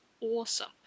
awesome